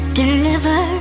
deliver